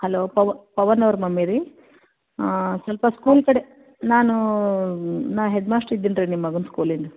hello Pavan ಅವ್ರ mummy ರೀ ಸ್ವಲ್ಪ ಸ್ಕೂಲ್ ಕಡೆ ನಾನು ನಾ ಹೆಡ್ಮಾಷ್ಟ್ರ್ ಇದ್ದೀನಿ ರೀ ನಿಮ್ಮ ಮಗನ ಸ್ಕೂಲಿಂದು